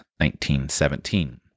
1917